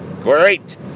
Great